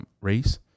race